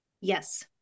Yes